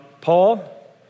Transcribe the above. Paul